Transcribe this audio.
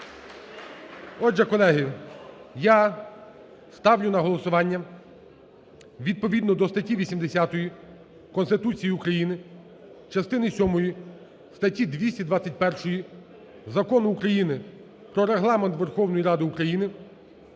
Отже, колеги, я ставлю на голосування, відповідно до статті 80 Конституції України, частини сьомої статті 221 Закону України "Про Регламент Верховної Ради України",